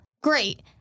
Great